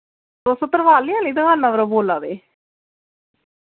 तुस तरपाली आह्ली दकाना पर बोला दे